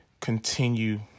continue